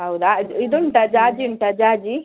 ಹೌದಾ ಅದು ಇದುಂಟಾ ಜಾಜಿ ಉಂಟ ಜಾಜಿ